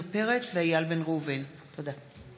פרץ ואיל בן ראובן בנושא: התוכנית למיגון הצפון.